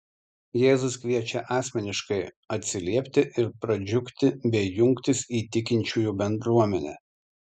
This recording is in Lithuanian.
jėzus kviečia asmeniškai atsiliepti ir pradžiugti bei jungtis į tikinčiųjų bendruomenę